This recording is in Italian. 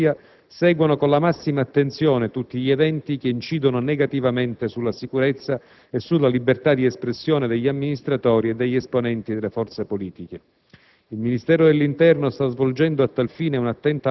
preciso che le autorità di pubblica sicurezza e le Forze di polizia seguono con la massima attenzione tutti gli eventi che incidono negativamente sulla sicurezza e sulla libertà di espressione degli amministratori e degli esponenti delle forze politiche.